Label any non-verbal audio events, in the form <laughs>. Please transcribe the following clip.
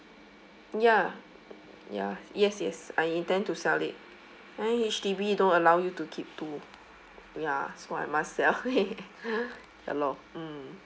ya ya yes yes I intend to sell it then H_D_B don't allow you to keep two ya so I must sell it <laughs> ya loh mm